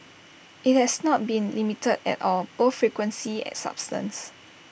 IT has not been limited at all both frequency and substance